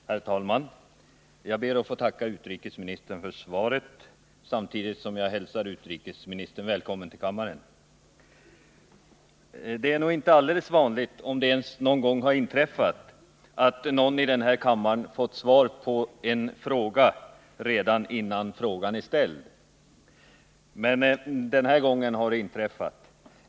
Herr talman! Jag ber att få tacka utrikesministern för svaret. Det är nog inte alldeles vanligt — om det ens någon gång har inträffat — att någon i den här kammaren har fått svar på en fråga redan innan den är ställd. Men den här gången har det hänt.